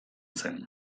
zen